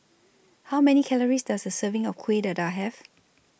How Many Calories Does A Serving of Kuih Dadar Have